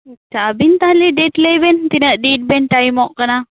ᱟᱪᱪᱷᱟ ᱟᱹᱵᱤᱱ ᱛᱟᱦᱚᱞᱮ ᱰᱮᱴ ᱞᱟ ᱭᱵᱤᱱ ᱛᱤᱱᱟᱹᱜ ᱫᱤᱱ ᱵᱤᱱ ᱴᱟᱭᱤᱢᱚᱜ ᱠᱟᱱᱟ